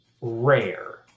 rare